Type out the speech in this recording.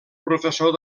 professor